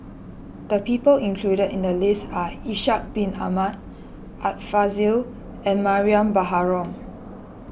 the people included in the list are Ishak Bin Ahmad Art Fazil and Mariam Baharom